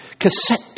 cassette